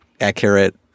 accurate